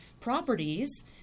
properties